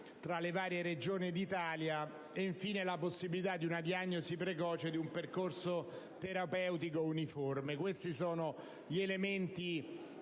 e nelle terapie e, infine, nella possibilità di una diagnosi precoce e di un percorso terapeutico uniforme. Questi sono gli elementi